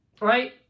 Right